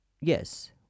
yes